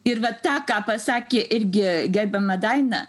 ir va tą ką pasakė irgi gerbiama daina